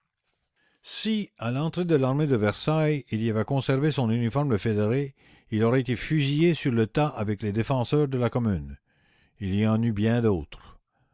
si à l'entrée de l'armée de versailles il avait conservé son uniforme de fédéré il aura été fusillé sur le tas avec les défenseurs de la commune il y en eut bien d'autres